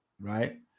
right